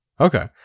Okay